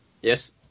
yes